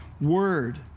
word